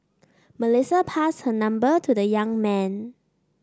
Melissa passed her number to the young man